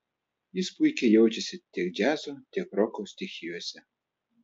jis puikiai jaučiasi tiek džiazo tiek roko stichijose